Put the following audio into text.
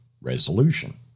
resolution